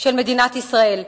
של מדינת ישראל.